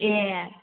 ए